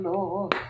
Lord